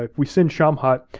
ah we sent shamhat,